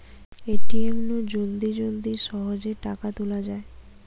ATM নু জলদি জলদি সহজে টাকা তুলা যায়